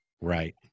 Right